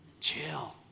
Chill